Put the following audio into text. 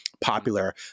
popular